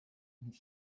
and